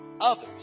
others